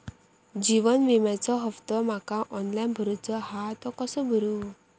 जीवन विम्याचो हफ्तो माका ऑनलाइन भरूचो हा तो कसो भरू?